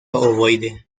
ovoide